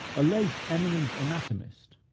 a late eminent anatomist,